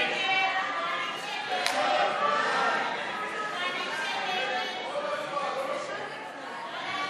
ההצעה להסיר מסדר-היום את הצעת חוק הממשלה (תיקון,